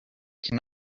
can